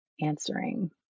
answering